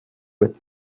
with